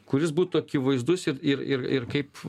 kuris būtų akivaizdus ir ir ir ir kaip